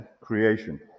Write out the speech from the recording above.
creation